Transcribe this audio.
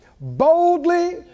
boldly